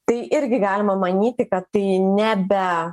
tai irgi galima manyti kad tai ne be